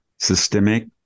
systemic